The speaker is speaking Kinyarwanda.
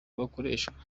bwakoreshwa